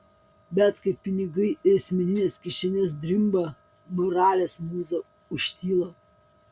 bet kai pinigai į asmenines kišenes drimba moralės mūza užtyla